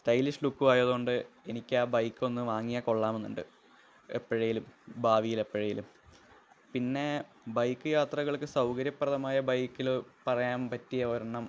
stylish ലുക്കും ആയതുകൊണ്ട് എനിക്കാ ബൈക്ക് ഒന്ന് വാങ്ങിയാല് കൊള്ളാമെന്നുണ്ട് എപ്പോഴേലും ഭാവിയിലെപ്പോഴേലും പിന്നെ ബൈക്ക് യാത്രകള്ക്ക് സൗകര്യപ്രദമായ ബൈക്കില് പറയാന് പറ്റിയ ഒരെണ്ണം